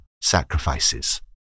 sacrifices